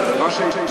הוא אמר הן.